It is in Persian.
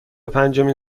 پنجمین